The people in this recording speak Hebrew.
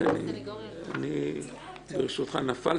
הבעיה הזאת מתעוררת גם בתיק שהוא נחקר תוך שנה.